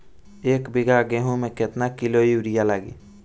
एक बीगहा गेहूं में केतना किलो युरिया लागी?